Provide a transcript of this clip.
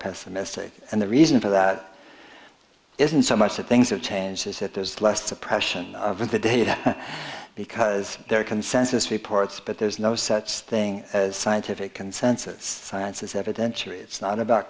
pessimistic and the reason for that isn't so much that things have changed is that there is less suppression of the data because there are consensus reports but there's no such thing as scientific consensus science is evidentially it's not about